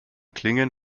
klingen